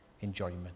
enjoyment